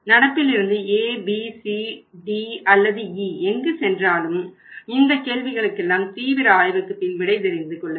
நடப்பில் இருந்து ABCD அல்லது E எங்கு சென்றாலும் இந்த கேள்விகளுக்கெல்லாம் தீவிர ஆய்வுக்குப் பின் விடை தெரிந்து கொள்ள வேண்டும்